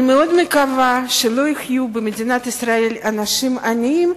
אני מאוד מקווה שלא יהיו במדינת ישראל אנשים עניים,